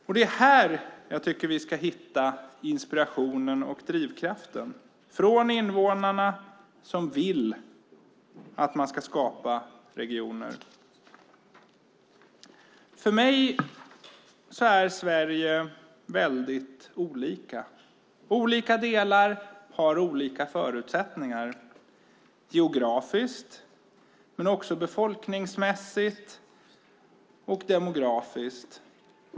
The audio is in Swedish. Det är här jag tycker att vi ska hitta inspirationen och drivkraften; den ska komma från de invånare som vill att man ska skapa regioner. För mig är Sverige väldigt olika. Olika delar har olika förutsättningar geografiskt men också befolkningsmässigt och demografiskt.